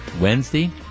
Wednesday